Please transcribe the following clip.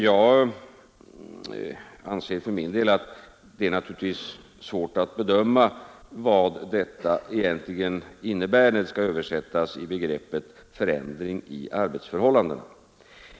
Jag anser för min del att det naturligtvis är svårt att bedöma vad detta egentligen innebär när det skall översättas i begreppet förändring i arbetsförhållandena.